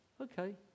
Okay